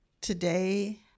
today